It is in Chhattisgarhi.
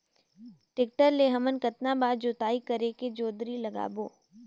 टेक्टर ले हमन कतना बार जोताई करेके जोंदरी लगाबो?